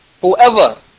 whoever